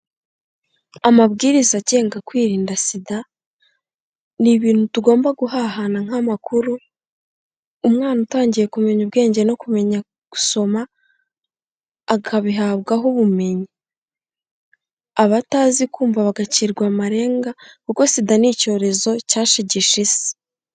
Amabwiriza agenga kwirinda SIDA, ni ibintu tugomba guhahana nk'amakuru, umwana utangiye kumenya ubwenge no kumenya gusoma, akabihabwaho ubumenyi, abatazi kumva bagacirwa amarenga, kuko SIDA ni icyorezo cyashegeshe isi.